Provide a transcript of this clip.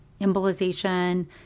embolization